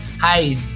Hi